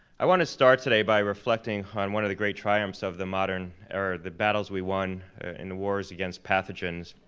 i wanna start today by reflecting on one of the great triumphs of the modern, or the battles we won in the wars against pathogens.